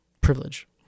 privilege